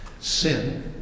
Sin